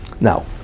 Now